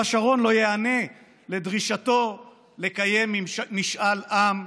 שרון לא ייענה לדרישתו לקיים משאל עם בתוכנית.